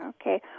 Okay